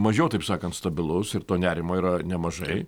mažiau taip sakant stabilus ir to nerimo yra nemažai